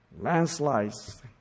Landslides